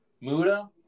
Muda